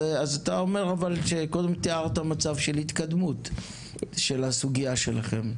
אז אתה קודם תיארת מצב של התקדמות של הסוגייה שלכם.